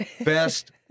Best